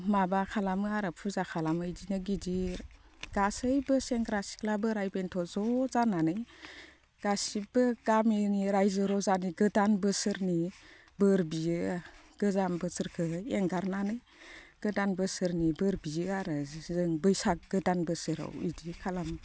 माबा खालामो आरो फुजा खालामो इदिनो गिदिर गासैबो सेंग्रा सिख्ला बोराइ बेनथ' ज' जानानै गासिबो गामिनि रायजो रजानि गोदान बोसोरनि बोर बियो गोजाम बोसोरखौहाय एंगारनानै गोदान बोसोरनि बोर बियो आरो जों बैसाग गोदान बोसोराव इदि खालामो